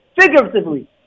figuratively